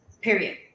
period